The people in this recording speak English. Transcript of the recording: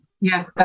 Yes